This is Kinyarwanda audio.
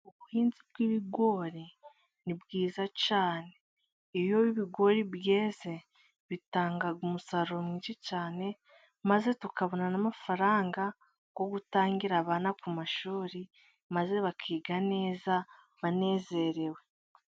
Ubuhinzi bw'ibigori ni bwiza cyane, iyo ibigori byeze bitanga umusaruro mwinshi cyane maze tukabona n'amafaranga yo gutangira abana ku mashuri maze bakiga neza banezerewe.